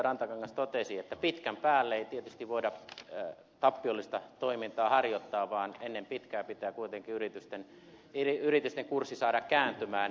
rantakangas totesi pitkän päälle ei tietysti voida tappiollista toimintaa harjoittaa vaan ennen pitkää pitää kuitenkin yritysten kurssi saada kääntymään